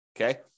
okay